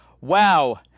Wow